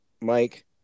mike